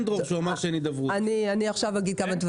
כשהוא אמר אני עכשיו אגיד כמה דברים.